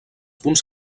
punts